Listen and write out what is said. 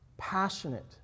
passionate